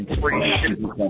Free